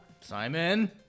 Simon